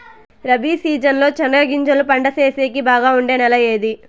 Rabi season లో చెనగగింజలు పంట సేసేకి బాగా ఉండే నెల ఏది?